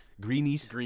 Greenies